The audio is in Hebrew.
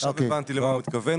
עכשיו הבנתי למה הוא התכוון,